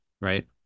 Right